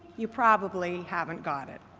you probably haven't got it.